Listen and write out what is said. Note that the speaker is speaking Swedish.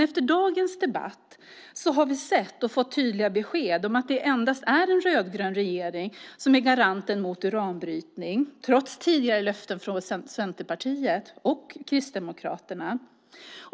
Efter dagens debatt har vi fått tydliga besked om att det endast är en rödgrön regering som är garanten mot uranbrytning trots tidigare löften från Centerpartiet och Kristdemokraterna.